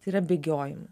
tai yra bėgiojimą